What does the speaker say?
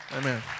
Amen